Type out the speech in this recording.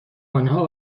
آنها